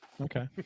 okay